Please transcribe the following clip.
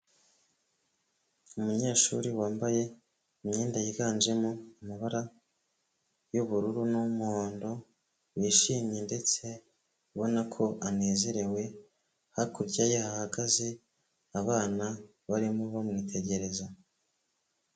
Umunyeshuri wambaye imyenda yiganjemo amabara y'ubururu n'umuhondo, wishimye ndetse ubona ko anezerewe hakurya yahagaze abana barimo bamwitegereza.